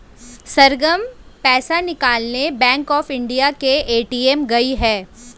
सरगम पैसे निकालने bank of India के ए.टी.एम गई है